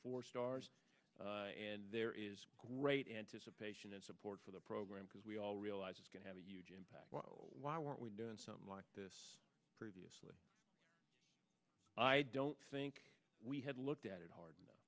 for stars and there is great anticipation and support for the program because we all realize it's going to have a huge impact why weren't we doing something like this previously i don't think we had looked at it